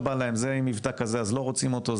הוא עם מבטא כזה אז לא רוצים אותו,